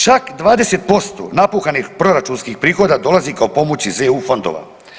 Čak 20% napuhanih proračunskih prihoda dolazi kao pomoć iz EU fondova.